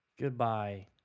Goodbye